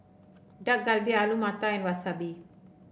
Dak Galbi Alu Matar and Wasabi